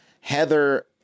Heather –